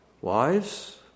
Wives